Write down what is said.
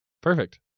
Perfect